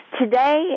Today